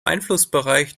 einflussbereich